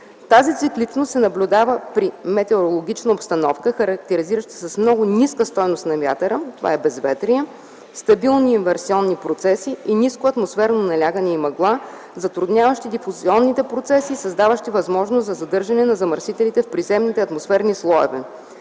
Тази цикличност се наблюдава при метеорологична обстановка, характеризираща се с много ниска стойност на вятъра – това е безветрие, стабилни инверсионни процеси, ниско атмосферно налягане и мъгла, затрудняващи дифузионните процеси, създаващи възможност за задържане на замърсителите в приземните атмосферни слоеве.